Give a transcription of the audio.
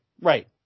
right